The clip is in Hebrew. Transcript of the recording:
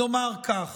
נאמר כך.